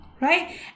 right